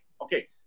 Okay